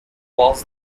was